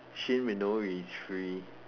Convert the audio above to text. Shin-minori is free